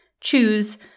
choose